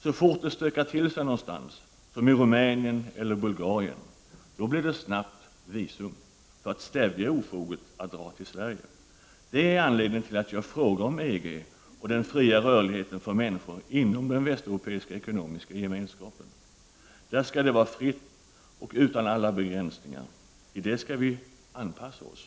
Så fort det stökar till sig någonstans, som i Rumänien eller Bulgarien, blir det snabbt visumtvång för att stävja ofoget att dra till Sverige. Det är anledningen till att jag frågar om EG och den fria rörligheten för människor inom den västeuropeiska ekonomiska gemenskapen. Där skall det vara fritt och utan alla begränsningar. Till det skall vi anpassa oss.